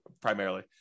primarily